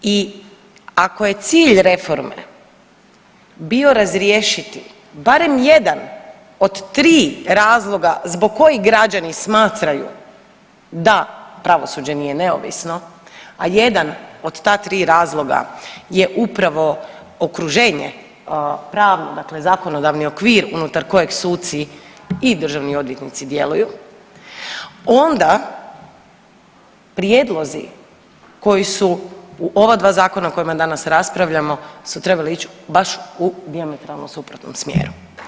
I ako je cilj reforme bio razriješiti barem jedan od tri razloga zbog kojih građani smatraju da pravosuđe nije neovisno, a jedan od ta tri razloga je upravo okruženje pravno, dakle zakonodavni okvir unutar kojeg suci i državni odvjetnici djeluju onda prijedlozi koji su u ova dva zakona o kojima danas raspravljamo su trebali ići baš u dijametralno suprotnom smjeru.